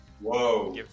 Whoa